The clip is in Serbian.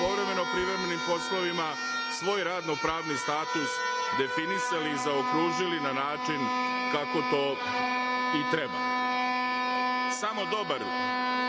povremeno privremenim poslovima svoj radno-pravni status definisali i zaokružili na način kako to i treba. Samo dobro